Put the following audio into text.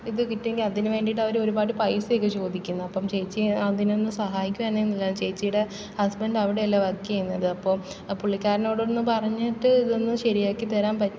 ഇത് കിട്ടിയില്ലെങ്കിൽ അതിന് വേണ്ടിയിട്ടവര് ഒരുപാട് പൈസയൊക്കെ ചോദിക്കുന്നത് അപ്പം ചേച്ചി അതിനൊന്ന് സഹായിക്കുവായിരുന്നു നല്ലതായിരുന്നു ചേച്ചിയുടെ ഹസ്ബൻഡ് അവിടെ അല്ലെ വർക്ക് ചെയ്യുന്നത് അപ്പം പുള്ളിക്കാരനോടുകൂടിയൊന്ന് പറഞ്ഞിട്ട് ഇതൊന്ന് ശരിയാക്കി തരാൻ പ